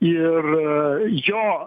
ir jo